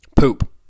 Poop